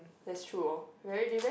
that's true hor very they very